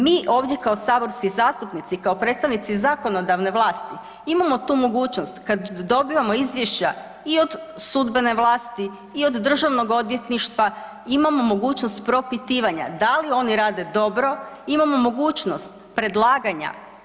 Mi ovdje kao saborski zastupnici kao predstavnici zakonodavne vlasti imamo tu mogućnost kad dobivamo izvješća i od sudbene vlasti i od državnog odvjetništva imamo mogućnost propitivanja da li oni rade dobro, imamo mogućnost predlaganja.